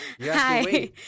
Hi